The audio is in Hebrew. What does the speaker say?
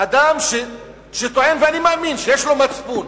אדם שטוען, ואני מאמין, שיש לו מצפון,